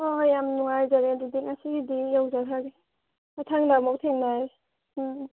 ꯑꯣ ꯌꯥꯝ ꯅꯨꯡꯉꯥꯏꯖꯔꯦ ꯑꯗꯨꯗꯤ ꯉꯁꯤꯒꯤꯗꯤ ꯌꯧꯖꯈ꯭ꯔꯒꯦ ꯃꯊꯪꯗ ꯑꯃꯨꯛ ꯊꯦꯡꯅꯔꯁꯤ ꯎꯝ ꯎꯝ